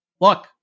Look